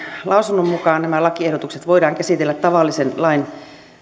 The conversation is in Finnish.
lausunnon mukaan nämä lakiehdotukset voidaan käsitellä tavallisen lain